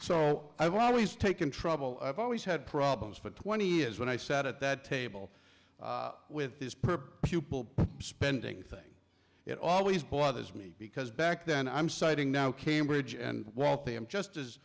so i've always taken trouble i've always had problems for twenty years when i sat at that table with these per pupil spending thing it always bothered me because back then i'm citing now cambridge and wealthy and just as